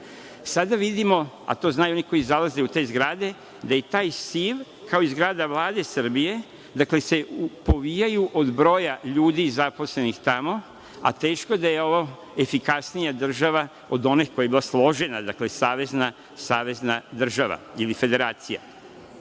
Sada vidimo, a to znaju oni koji zalaze u te zgrade, da se taj SIV, kao i zgrada Vlade Srbije, povija od broja ljudi zaposlenih tamo, a teško da je ovo efikasnija država od one koja je bila složena, dakle savezna država ili federacija.